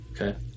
Okay